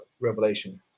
Revelation